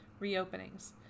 reopenings